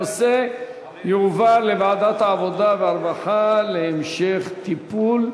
הנושא יועבר לוועדת העבודה והרווחה להמשך טיפול.